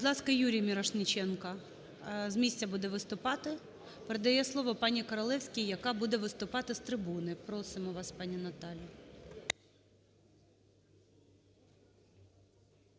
Будь ласка, Юрій Мірошниченко з місця буде виступати. Передає слово паніКоролевській, яка буде виступати з трибуни. Просимо вас, пані Наталя.